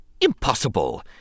Impossible